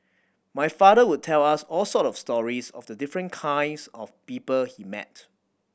my father would tell us all sort of stories of the different kinds of people he met